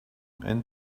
and